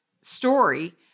story